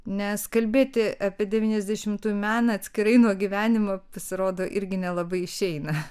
nes kalbėti apie devyniasdešimtųjų meną atskirai nuo gyvenimo pasirodo irgi nelabai išeina